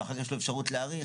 כך יש לו אפשרות להאריך.